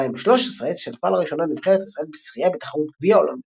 ב-2013 השתתפה לראשונה נבחרת ישראל בשחייה בתחרות גביע העולם בדוחה,